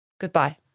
Goodbye